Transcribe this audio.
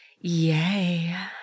Yay